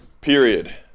period